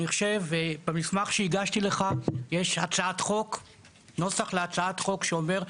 במסמך שהגשתי לך יש נוסח להצעת חוק שאומר,